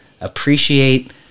appreciate